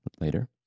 later